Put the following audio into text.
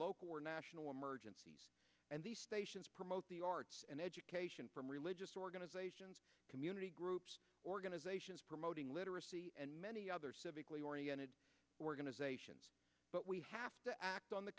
local or national emergencies and these stations promote the arts and education from religious organizations community groups organizations promoting literacy and many other civically oriented organizations but we have to act on the